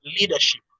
leadership